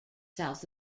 south